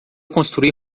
construir